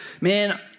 Man